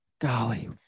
Golly